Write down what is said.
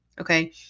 Okay